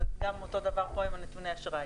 זה אותו דבר פה עם נתוני האשראי.